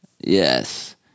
Yes